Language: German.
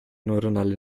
neuronale